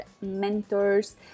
mentors